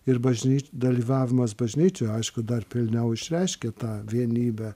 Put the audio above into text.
ir bažnyč dalyvavimas bažnyčioje aišku dar pilniau išreiškia tą vienybę